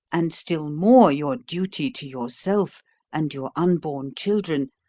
and still more your duty to yourself and your unborn children,